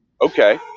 Okay